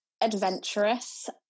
adventurous